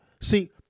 see